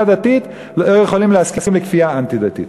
דתית לא יכולים להסכים לכפייה אנטי-דתית.